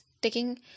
taking